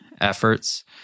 efforts